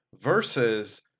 versus